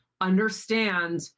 Understand